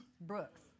brooks